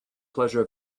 pleasure